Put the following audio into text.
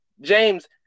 James